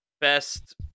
Best